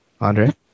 Andre